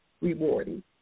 rewarding